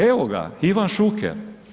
Evo ga, Ivan Šuker.